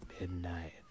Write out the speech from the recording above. Midnight